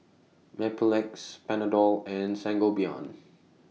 Mepilex Panadol and Sangobion